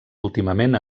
últimament